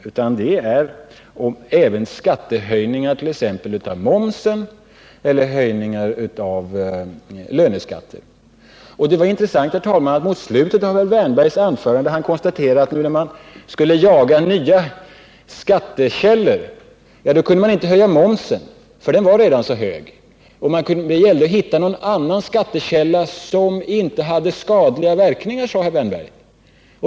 Det har även höjningar av exempelvis momsen eller löneskatten. Det var intressant att herr Wärnberg mot slutet av sitt anförande konstaterade att man då man jagade nya skattekällor inte kunde höja momsen, för den var redan så hög. Det gällde att hitta någon annan skattekälla, som inte hade skadliga verkningar, sade Erik Wärnberg.